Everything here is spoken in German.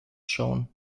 schauen